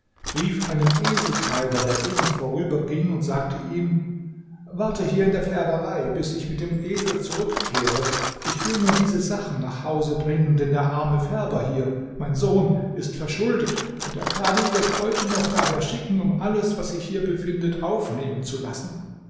rief einem eseltreiber der eben vorüber ging und sagte ihm warte hier in der färberei bis ich mit dem esel zurückkehre ich will nur diese sachen nach hause bringen denn der arme färber hier mein sohn ist verschuldet und der kadhi wird heute noch daher schicken um alles was sich hier befindet aufnehmen zu lassen